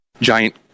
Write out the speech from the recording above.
giant